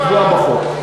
היא קבועה בחוק.